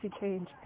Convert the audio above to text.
change